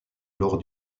lors